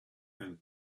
and